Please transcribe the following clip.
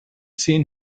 seen